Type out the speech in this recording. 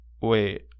wait